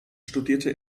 studierte